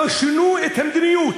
לא שינו את המדיניות,